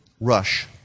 rush